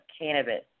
cannabis